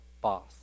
boss